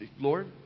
Lord